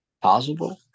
Possible